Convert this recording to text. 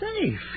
safe